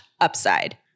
upside